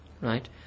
right